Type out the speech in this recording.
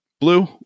blue